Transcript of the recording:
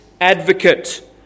advocate